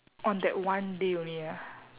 on that one day only ah